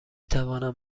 توانم